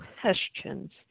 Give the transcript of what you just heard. questions